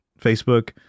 Facebook